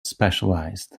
specialized